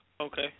Okay